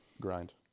grind